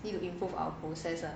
need to improve our process ah